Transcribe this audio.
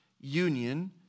union